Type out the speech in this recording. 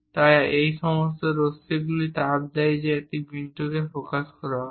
তাই এই সমস্ত রশ্মিগুলি তাপ দেয় যে একটি বিন্দুতে ফোকাস করা হবে